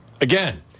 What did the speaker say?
Again